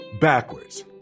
backwards